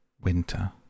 winter